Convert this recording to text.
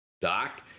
Doc